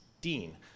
dean